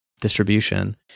distribution